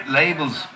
labels